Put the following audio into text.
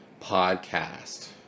podcast